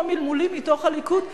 היו כמה מלמולים מתוך הליכוד שאמרו: